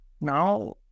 Now